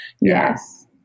yes